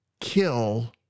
kill